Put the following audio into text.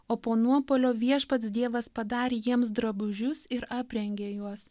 o po nuopuolio viešpats dievas padarė jiems drabužius ir aprengė juos